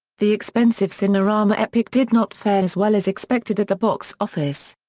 the expensive cinerama epic did not fare as well as expected at the box office.